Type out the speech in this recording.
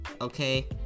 Okay